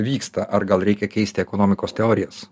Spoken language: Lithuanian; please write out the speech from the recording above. vyksta ar gal reikia keisti ekonomikos teorijas